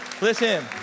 Listen